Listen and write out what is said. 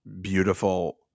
beautiful